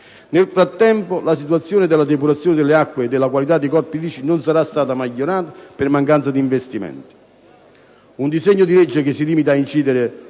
Nel frattempo, la situazione della depurazione delle acque e della qualità dei corpi idrici non sarà migliorata, per mancanza di investimenti. Un disegno di legge che si limita ad incidere